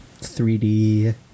3D